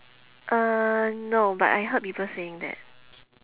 uh no but I heard people saying that